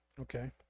Okay